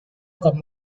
con